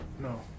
No